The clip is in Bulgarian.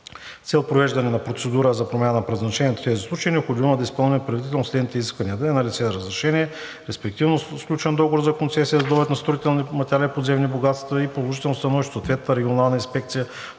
цел провеждане на процедура за промяна на предназначението в тези случаи е необходимо да бъдат изпълнени предварително следните изисквания: да са налице разрешение, респективно сключен договор за концесия за добив на строителни материали – подземни богатства, и положително становище на съответната регионална инспекция